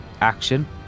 action